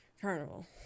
carnival